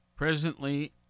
Presently